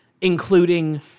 including